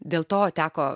dėl to teko